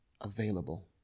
available